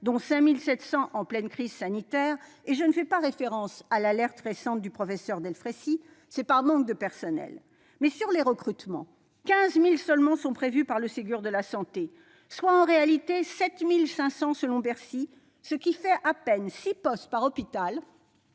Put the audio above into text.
dont 5 700 en pleine crise sanitaire, et je ne fais pas référence à l'alerte récente du professeur Delfraissy -, c'est par manque de personnel. Mais seulement 15 000 recrutements sont prévus par le Ségur de la santé, soit en réalité 7 500 selon Bercy, ce qui fait à peine six postes par hôpital,